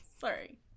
Sorry